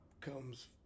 comes